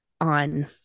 on